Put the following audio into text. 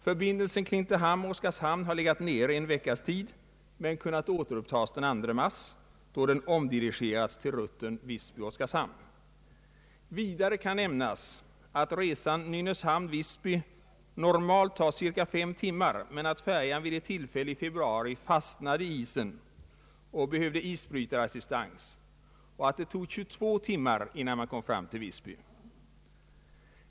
Förbindelsen Klintehamn—Oskarshamn har legat nere en veckas tid men kunnat återupptas den 2 mars, då den omdirigerats till rutten Visby—Oskarshamn. Vidare kan nämnas att resan Nynäshamn—Visby normalt tar cirka 5 timmar, men att färjan vid ett tillfälle i februari fastnade i isen och behövde isbrytarassistans. Det tog 22 timmar innan man kom fram till Visby.